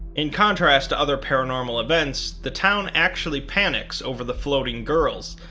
in contrast to other paranomal events, the town actually panics over the floating girls,